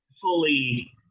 fully